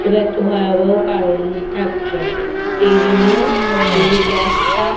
খুব একটা ভয়াবহ কারণ থাকতে পারে এই জন্য এই গ্যাসটা